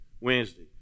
Wednesday